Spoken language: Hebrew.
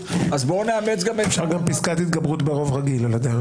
סבירות- -- אפשר גם פסקת התגברות ברוב רגיל עך הדרך.